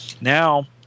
Now